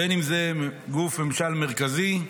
בין אם זה גוף ממשל מרכזי,